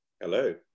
Hello